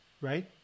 right